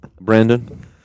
Brandon